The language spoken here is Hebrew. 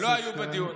לא היו בדיון.